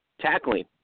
Tackling